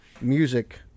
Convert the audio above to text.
music